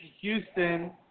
Houston